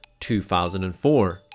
2004